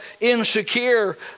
insecure